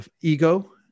ego